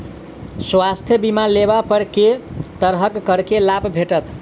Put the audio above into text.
स्वास्थ्य बीमा लेबा पर केँ तरहक करके लाभ भेटत?